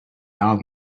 now